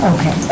Okay